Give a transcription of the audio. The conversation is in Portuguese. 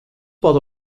pode